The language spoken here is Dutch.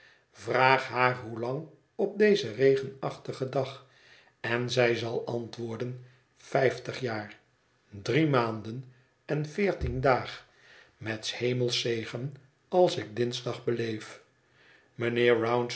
vraag haar hoelang op dezen regenachtigen dag en zij zal antwoorden vijftig jaar drie maanden en veertien daag met s hemels zegen als ik dinsdag beleef